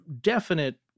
definite